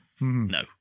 No